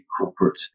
corporate